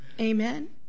Amen